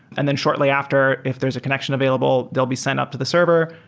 and then shortly after if there's a connection available, they'll be sent up to the server.